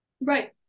Right